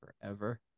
forever